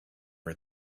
her